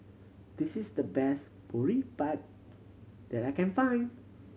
this is the best Boribap that I can find